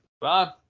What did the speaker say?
Bye